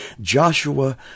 Joshua